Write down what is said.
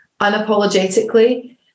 unapologetically